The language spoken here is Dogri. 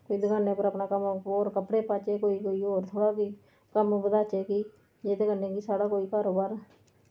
ते दकानै बिच होर कोई कपड़ा पाह्चै होर थोह्ड़ा कोई कम्म बधाचै की जेह्दे कन्नै साढ़ा कोई कारोबार